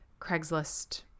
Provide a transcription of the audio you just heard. Craigslist